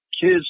Kids